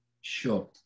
Sure